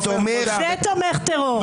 זה תומך טרור.